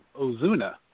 Ozuna